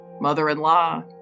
mother-in-law